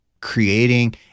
creating